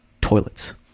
toilets